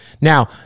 Now